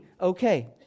okay